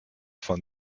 von